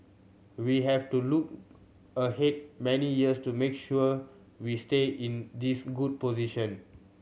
we have to look ahead many years to make sure we stay in this good position